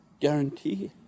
guarantee